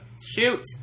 Shoot